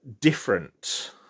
different